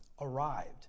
arrived